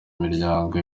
umuryango